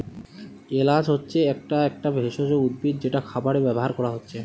এলাচ হচ্ছে একটা একটা ভেষজ উদ্ভিদ যেটা খাবারে ব্যাভার কোরা হচ্ছে